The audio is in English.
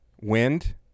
Wind